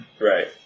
Right